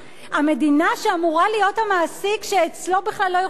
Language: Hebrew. שאמורה להיות המעסיק שאצלו בכלל לא יכולה להיות חריגה,